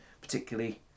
particularly